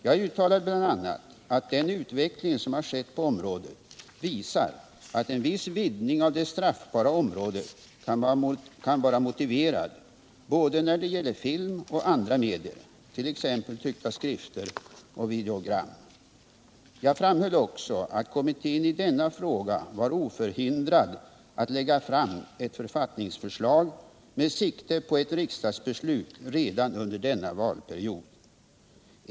Jag uttalade bl.a. att den utveckling som har skett på området visar att en viss vidgning av det straffbara området kan vara motiverad när det gäller både film och andra medier, t.ex. tryckta skrifter och videogram. Jag framhöll också att kommittén i denna fråga var oförhindrad att lägga fram ett författningsförslag med sikte på ett riksdagsbeslut redan under denna valperiod.